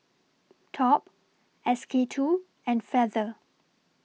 Top S K two and Feather